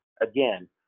again